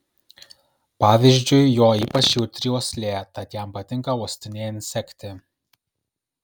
pavyzdžiui jo ypač jautri uoslė tad jam patinka uostinėjant sekti